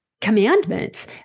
commandments